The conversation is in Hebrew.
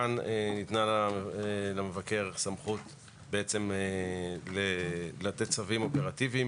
כאן ניתנה למבקר סמכות לתת צווים אופרטיביים